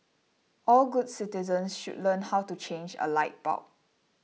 all good citizens should learn how to change a light bulb